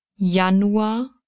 Januar